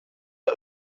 hat